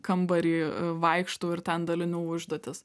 kambarį vaikštau ir ten dalinu užduotis